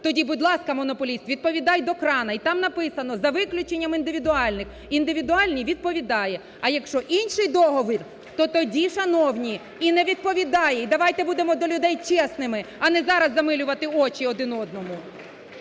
тоді, будь ласка, монополіст відповідай до крана. І там написано: "за виключенням індивідуальних". Індивідуальний – відповідає, а якщо інший договір, то тоді, шановні, і не відповідає. І давайте будемо до людей чесними, а не зараз замилювати очі один одному.